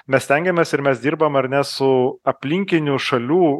mes stengiamės ir mes dirbam ar ne su aplinkinių šalių